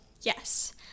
Yes